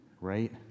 right